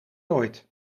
nooit